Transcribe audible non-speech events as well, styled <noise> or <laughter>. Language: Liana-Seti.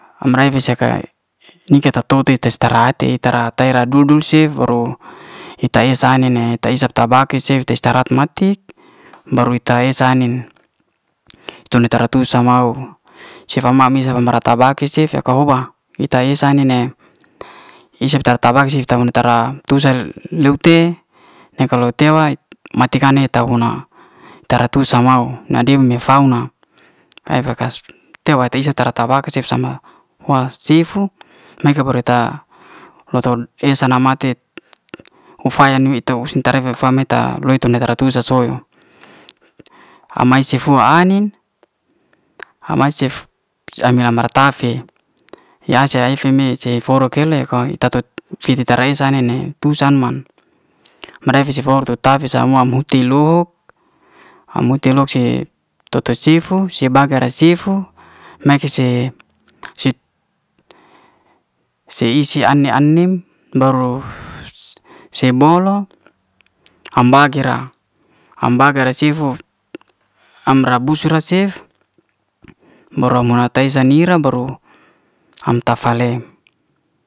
Am re fis saka nika ta toti tes ter'te, ter'at dudul cef baru ita es sa'ne ne ita esa tabake cef tes tar'at matik baru ita esa anin tun'tra sama o sefa mara'tabake cef ya ka hoba ita es sa ai'nin ne isaf te tabake tum tara tusal leuw te ne kalu tewa mati ka ne tahu'na tra'tu sa mau na deuw ne fauna <hesitation> he fe'kas tei'wa tai sa tra tabaku cef sama wa sifu naef febore ta lo'ton eh sanang matit <hesitation> ufa'ya niuw tu sin ta're fa fa'mita loi tu tra tusa so'yo <hesitation> am mae se fo ai'nin <hesitation> ame cef ame mara ta'fe i ya sa si me ce forok kele <hesitation> ta tu fiji tra'esa ne, ne tusan man bra'fe si fo tu samua huti lo'hok. am huti lo'hok si to- to sifu se baga re sifu ne ke si <hesitation> se isi ane ai'nim baru <noise> se bo'lo am bage'ra. am bage'ra sifu am bra'busu ra cef baru mo'na tes'sa ni'ra baru am tafa'lem